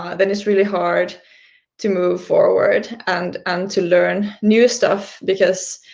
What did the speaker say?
then it's really hard to move forward and and to learn new stuff because